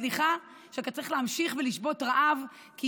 סליחה שאתה צריך להמשיך ולשבות רעב כי